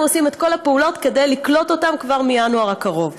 אנחנו עושים את כל הפעולות כדי לקלוט אותם כבר מינואר הקרוב.